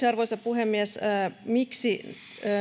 arvoisa puhemies lopuksi miksi